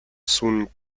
sun